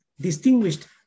distinguished